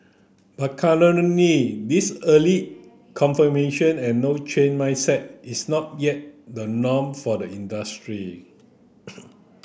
but currently this early confirmation and no change mindset is not yet the norm for the industry